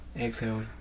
exhale